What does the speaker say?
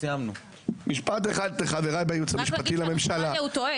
הוא טועה